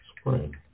spring